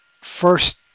first